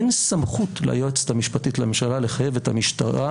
אין סמכות ליועצת המשפטית לממשלה לחייב את המשטרה